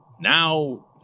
now